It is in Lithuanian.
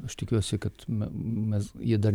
aš tikiuosi kad mes jie dar